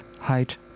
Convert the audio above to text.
height